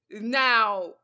now